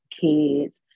kids